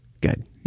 Good